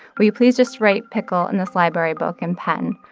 will you please just write pickle in this library book in pen?